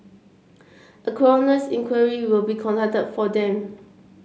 a coroner's inquiry will be conducted for them